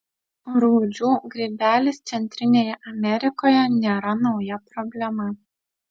rūdžių grybelis centrinėje amerikoje nėra nauja problema